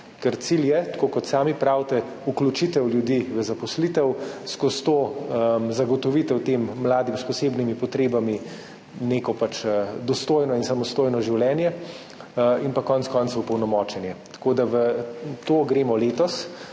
ker cilj je, tako kot sami pravite, vključitev ljudi v zaposlitev, skozi to zagotovitev tem mladim s posebnimi potrebami neko dostojno in samostojno življenje in pa konec koncev opolnomočenje. V to gremo letos.